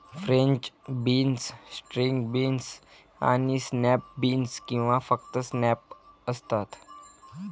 French beans, string beans आणि snap beans किंवा फक्त स्नॅप्स असतात